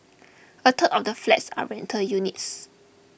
a third of the flats are rental units